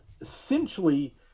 essentially